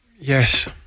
yes